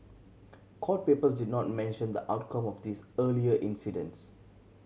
court papers did not mention the outcome of these earlier incidents